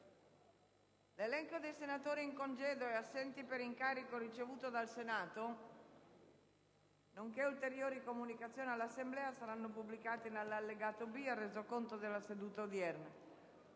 L'elenco dei senatori in congedo e assenti per incarico ricevuto dal Senato, nonché ulteriori comunicazioni all'Assemblea saranno pubblicati nell'allegato B al Resoconto della seduta odierna.